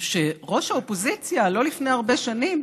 שראש האופוזיציה לא לפני הרבה שנים